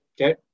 Okay